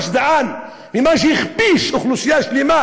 מה שטען והכפיש אוכלוסייה שלמה,